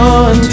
on